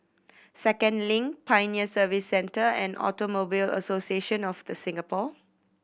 Second Link Pioneer Service Centre and Automobile Association of The Singapore